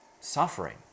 suffering